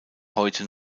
heute